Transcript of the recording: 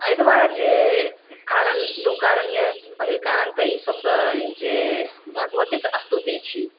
एहि दुआरे जे दू कारण यऽ पहिल कारण तऽ ई सबसँ जे भगवतीके स्तुति छी